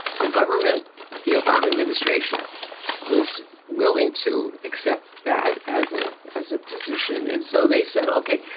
the government the obama administration was willing to accept that as a as a position and so they said, ok,